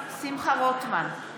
יריב אמר שיש לך סמכות להוציא אנשים,